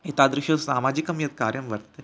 एतादृशं सामाजिकं यत् कार्यं वर्तते